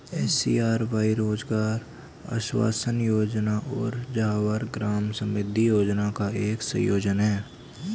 SGRY रोजगार आश्वासन योजना और जवाहर ग्राम समृद्धि योजना का एक संयोजन है